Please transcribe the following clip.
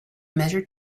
measure